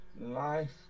life